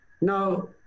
Now